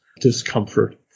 discomfort